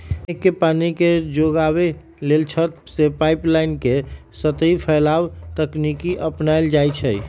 मेघ के पानी के जोगाबे लेल छत से पाइप लगा के सतही फैलाव तकनीकी अपनायल जाई छै